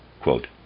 Quote